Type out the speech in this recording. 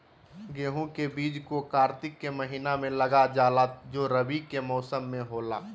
गेहूं का बीज को कार्तिक के महीना में लगा जाला जो रवि के मौसम में होला